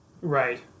Right